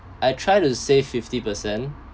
I try to save fifty percent